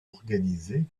organisée